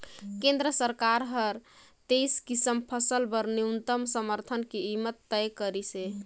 केंद्र सरकार हर तेइस किसम फसल बर न्यूनतम समरथन कीमत तय करिसे